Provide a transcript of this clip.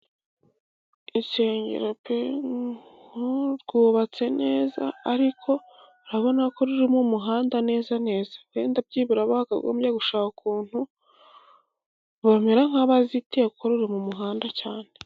Insengero pe . Nk',uri rwubatse neza ,ariko urabona ko ruri mu muhanda neza neza. Byibura bakagombye gushaka ukuntu bamera nk'abazitiye kuko ruri mu muhanda cyane.